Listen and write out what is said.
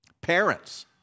Parents